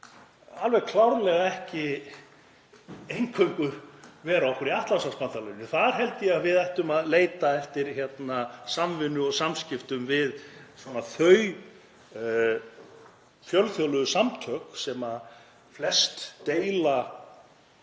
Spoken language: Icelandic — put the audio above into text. alveg klárlega ekki eingöngu vera okkur í Atlantshafsbandalaginu. Þar held ég að við ættum að leita eftir samvinnu og samskiptum við þau fjölþjóðlegu samtök þar sem flest ríki